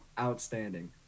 outstanding